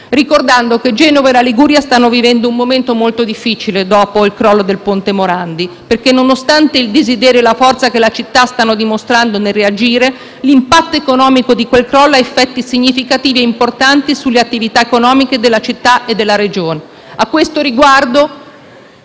ricordando che Genova e la Liguria stanno vivendo un momento molto difficile dopo il crollo del ponte Morandi perché, nonostante il desiderio e la forza che la città sta dimostrando nel reagire, l'impatto economico di quel crollo ha effetti significativi e importanti sulle attività economiche della città e della Regione.